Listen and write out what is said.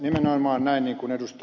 nimenomaan näin niin kuin ed